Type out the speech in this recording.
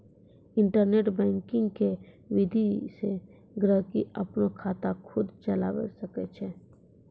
internet banking के विधि से गहकि अपनो खाता खुद चलावै सकै छै